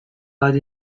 bat